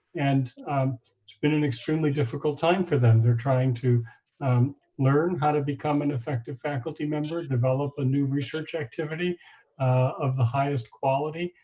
and it's been an extremely difficult time for them. they're trying to learn how to become an effective faculty member, develop a new research activity of the highest quality,